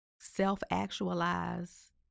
self-actualize